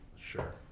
sure